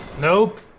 Nope